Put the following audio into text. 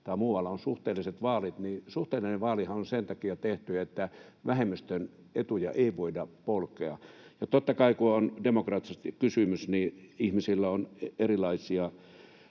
tai muualla, on suhteelliset vaalit. Suhteellinen vaalihan on sen takia tehty, että vähemmistön etuja ei voida polkea. Totta kai, kun on demokratiasta kysymys, niin ihmisillä on erilaisia